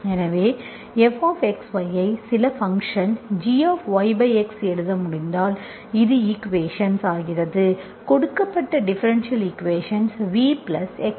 எனவே fxy ஐ சில ஃபங்க்ஷன் gyx எழுத முடிந்தால் இது ஈக்குவேஷன்ஸ் ஆகிறது கொடுக்கப்பட்ட டிஃபரென்ஷியல் ஈக்குவேஷன் Vx dVdxgV இது dVdxgV Vx